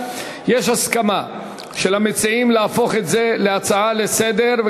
יש הסכמה של המציעים להפוך את זה להצעה לסדר-היום,